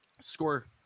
Score